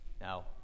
Now